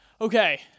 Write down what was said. Okay